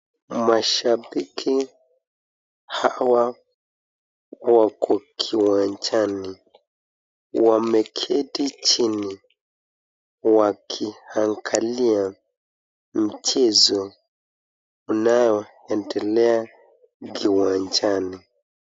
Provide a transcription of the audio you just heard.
Mashabiki hawa wako kiwanjani, wameketi chini wakiangalia mchezo unaoendelea kiwanjani.